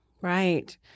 Right